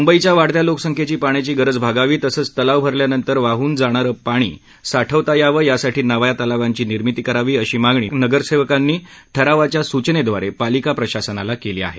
मुंबईच्या वाढत्या लोकसंख्येची पाण्याची गरज भागावी तसंच तलाव भरल्यानंतर वाहन जाणा या पाण्याची साठवण करण्यासाठी नव्या तलावांची निर्मिती करावी अशी मागणी नगरसेवकांनी ठरावाच्या सूचनेव्वारे पालिका प्रशासनाला केली आहे